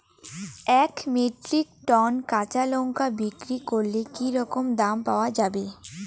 এক metric ton কাঁচা লঙ্কা বিক্রি করলে কি রকম দাম পাওয়া যাবে?